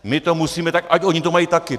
My to musíme, tak ať oni to mají taky!